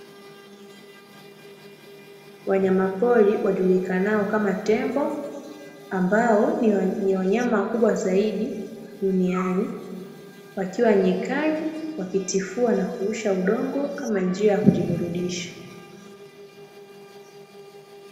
Wanyamapori wajulikanao kama tembo, ambao ni wanyama wakubwa zaidi duniani, wakiwa nyikani wakitifua na kurusha udongo kama njia ya kujiburudisha.